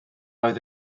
oedd